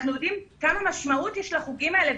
אנחנו יודעים כמה משמעות יש לחוגים האלה,